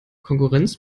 konkurrenz